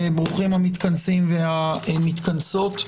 ברוכים המתכנסים והמתכנסות.